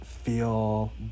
feel